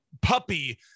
puppy